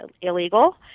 illegal